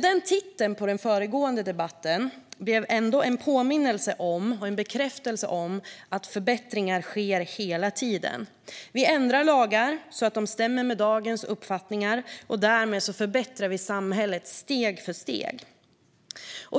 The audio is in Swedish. Men titeln på den föregående debatten blev ändå en påminnelse om och en bekräftelse på att förbättringar sker hela tiden. Vi ändrar lagar så att de stämmer med dagens uppfattningar, och därmed förbättrar vi samhället steg för steg.